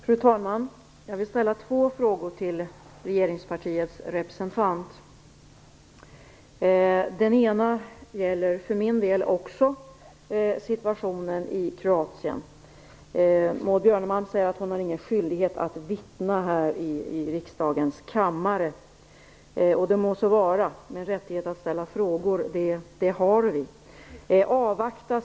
Fru talman! Jag vill ställa två frågor till regeringspartiets representant. Den ena gäller också situationen i Kroatien. Maud Björnemalm sade att hon inte har någon skyldighet att vittna här i riksdagens kammare. Det må så vara, men rättighet att ställa frågor har vi!